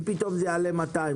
אם פתאום זה יעלה 200 אלף שקלים,